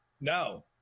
No